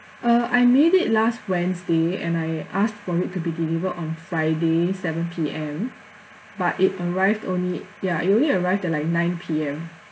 uh I made it last wednesday and I asked for it to be delivered on friday seven P_M but it arrived only ya it only arrived at like nine P_M